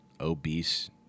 obese